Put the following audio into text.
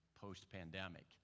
post-pandemic